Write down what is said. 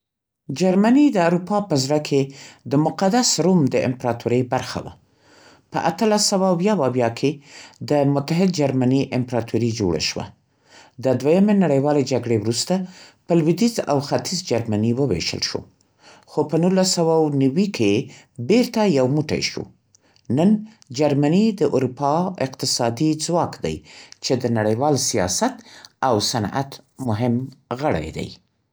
جرمني د اروپا په زړه کې د مقدس روم د امپراتورۍ برخه وه. په اتلس سوه او یو اویا کې د متحد جرمني امپراتوري جوړه شوه. د دویمې نړیوالې جګړې وروسته، په لوېدیځ او ختیځ جرمني ووېشل شو، خو په نولس سوه او نوي کې بېرته یو موټی شو. نن جرمني د اروپا اقتصادي ځواک دی، چې د نړیوال سیاست او صنعت مهم غړی دی.